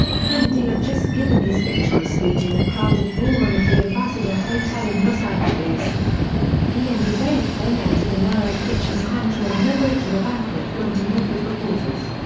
kennedy had just given his victory speech in a crowded ballroom of the ambassador hotel in los angeles he and his aides then entered a narrow kitchen pantry on their way to a banquet room to meet with reporters.